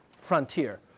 frontier